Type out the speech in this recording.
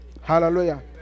Hallelujah